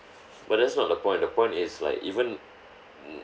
but that's not the point the point is like even